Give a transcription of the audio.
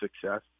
success